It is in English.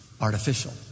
artificial